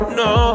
no